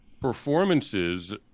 performances